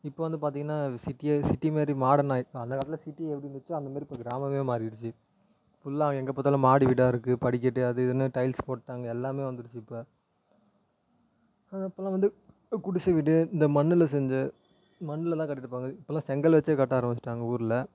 இப்போ வந்து பார்த்திங்கன்னா சிட்டி சிட்டி மாரி மாடன் ஆயிருக்குது அந்தக் காலத்தில் சிட்டி எப்படி இருந்துச்சோ அந்தமாரி இப்போ கிராமமே மாறிடுச்சு ஃபுல்லாக எங்கே பார்த்தாலும் மாடி வீடாக இருக்குது படிக்கட்டு அது இதுன்னு டைல்ஸ் போட்டாங்கள் எல்லாமே வந்துடுச்சு இப்போ அப்பெல்லாம் வந்து குடிசை வீடு இந்த மண்ணில் செஞ்ச மண்ணிலலாம் கட்டிகிட்ருப்பாங்க இப்பெல்லாம் செங்கல் வச்சே கட்ட ஆரம்மிச்சிட்டாங்க ஊர்ல